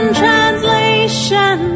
translation